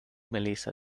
melissa